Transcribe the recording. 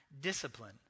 discipline